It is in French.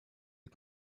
est